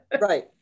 right